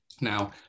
Now